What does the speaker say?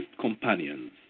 companions